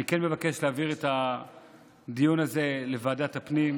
אני מבקש להעביר את הדיון הזה לוועדת הפנים.